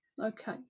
Okay